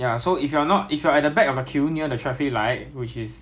不然你就等他们上 nine seven five 看有没有位在上 lor